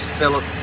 Philip